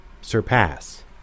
surpass